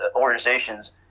organizations